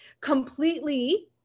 completely